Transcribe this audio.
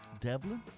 Devlin